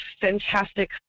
fantastic